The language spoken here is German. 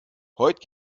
heute